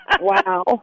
Wow